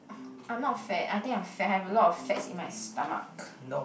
I'm not fat I think I'm fat I've a lot of fats in my stomach